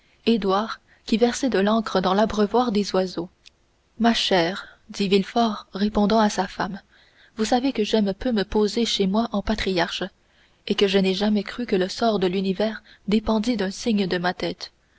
édouard qui versait de l'encre dans l'abreuvoir des oiseaux ma chère dit villefort répondant à sa femme vous savez que j'aime peu me poser chez moi en patriarche et que je n'ai jamais cru que le sort de l'univers dépendît d'un signe de ma tête